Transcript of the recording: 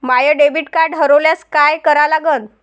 माय debit card हरोल्यास काय करा लागन?